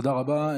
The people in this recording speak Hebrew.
תודה רבה.